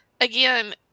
again